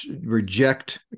reject